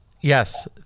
Yes